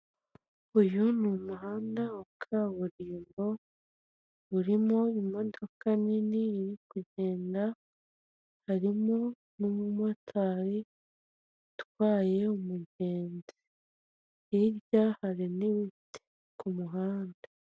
Uyu ni umuhanda wa kaburimbo urimo imodoka nini iri kugenda harimo n'umumotari utwaye umugenzi hirya hari intebe ku muhanda.